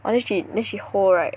orh then she then she hold right